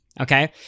okay